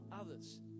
others